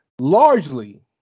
largely